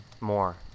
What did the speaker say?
more